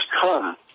come